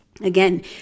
again